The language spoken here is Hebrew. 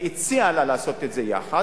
הציעה לה לעשות זאת יחד.